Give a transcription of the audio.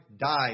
died